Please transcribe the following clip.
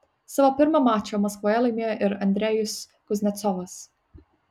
savo pirmą mačą maskvoje laimėjo ir andrejus kuznecovas